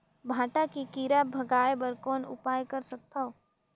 भांटा के कीरा भगाय बर कौन उपाय कर सकथव?